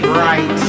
right